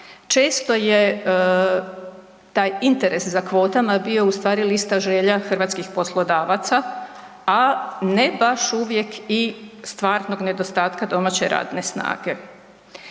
Često je taj interes za kvotama bio ustvari lista želja hrvatskih poslodavaca, a ne baš uvijek stvarnog nedostatka domaće radne snage.